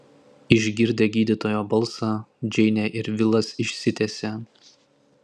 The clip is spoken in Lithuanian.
išgirdę gydytojo balsą džeinė ir vilas išsitiesė